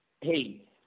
Hey